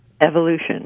Evolution